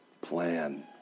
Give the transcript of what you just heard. plan